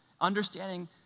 understanding